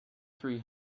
three